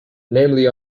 namely